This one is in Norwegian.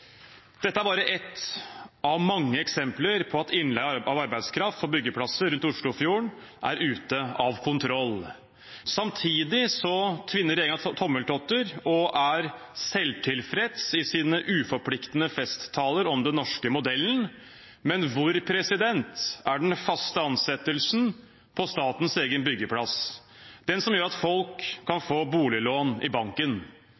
Dette er bare ett av mange eksempler på at innleie av arbeidskraft på byggeplasser rundt Oslofjorden er ute av kontroll. Samtidig tvinner regjeringen tommeltotter og er selvtilfreds i sine uforpliktende festtaler om den norske modellen. Men hvor er den faste ansettelsen på statens egen byggeplass, den som gjør at folk kan få boliglån i banken?